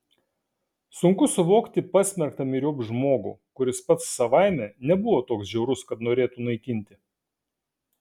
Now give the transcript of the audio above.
sunku suvokti pasmerktą myriop žmogų kuris pats savaime nebuvo toks žiaurus kad norėtų naikinti